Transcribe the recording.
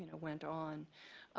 and went on.